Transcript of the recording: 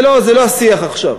זה לא השיח עכשיו.